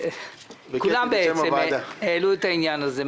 כולם בעצם העלו את העניין הזה.